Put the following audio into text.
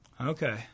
okay